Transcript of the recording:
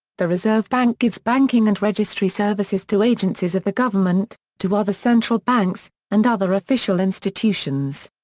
the reserve bank gives banking and registry services to agencies of the government, to other central banks, and other official institutions.